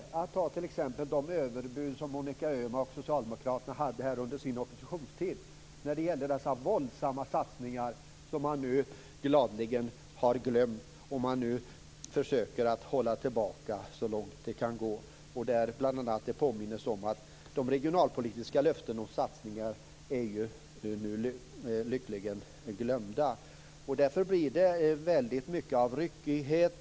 Man kan också t.ex. ta de överbud som Monica Öhman och Socialdemokraterna hade under sin oppositionstid med dessa våldsamma satsningar som man nu gladeligen har glömt och som man försöker att hålla tillbaka så långt det kan gå. Bl.a. blir man påmind om att de regionalpolitiska löftena och satsningarna nu lyckligen är glömda. Därför blir det väldigt mycket ryckighet.